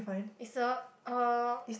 it's a uh